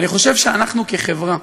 ואני חושב שאנחנו, כחברה,